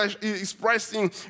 expressing